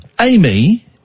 Amy